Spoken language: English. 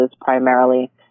primarily